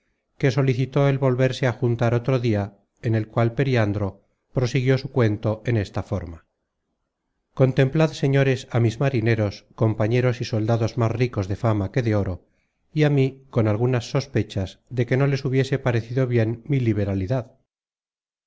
que solicitó el volverse á juntar otro dia en el cual periandro prosiguió su cuento en esta forma content from google book search generated at contemplad señores á mis marineros compañeros y soldados más ricos de fama que de oro y á mí con algunas sospechas de que no les hubiese parecido bien mi liberalidad